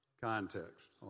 context